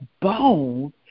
bone